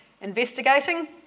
investigating